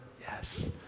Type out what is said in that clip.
Yes